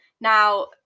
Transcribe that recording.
now